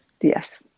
yes